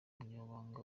umunyamabanga